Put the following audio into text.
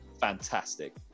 fantastic